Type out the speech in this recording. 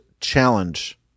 challenge